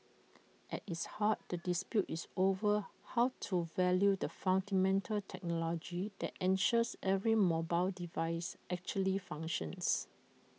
at its heart the dispute is over how to value the fundamental technology that ensures every mobile device actually functions